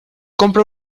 compra